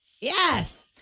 Yes